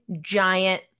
giant